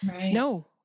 no